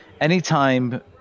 anytime